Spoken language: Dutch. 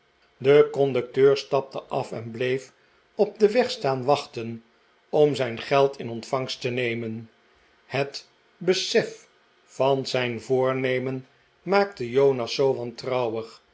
de conducteur stapte af en bleef op den weg staan wachten om zijn geld in ontvangst te nemen het besef van zijn voornemen maakte jonas zoo